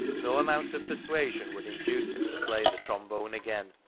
no amount of persuasion would induce him to play the trombone again,